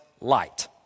light